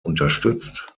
unterstützt